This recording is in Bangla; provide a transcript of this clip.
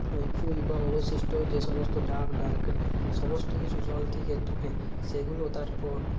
ওই ফুল বা অবশিষ্ট যে সমস্ত ডাব নারকেল সমস্ত কিছু জল থেকে তুলে সেইগুলো তারপর